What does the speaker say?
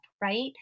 right